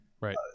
right